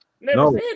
no